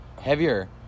heavier